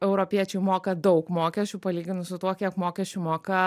europiečiai moka daug mokesčių palyginus su tuo kiek mokesčių moka